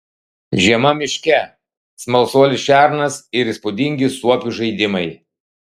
žiema miške smalsuolis šernas ir įspūdingi suopių žaidimai